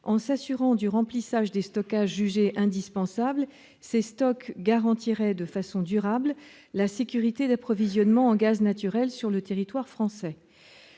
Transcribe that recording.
En s'assurant du remplissage des stockages jugés indispensables, on garantirait durablement la sécurité d'approvisionnement en gaz naturel sur le territoire français.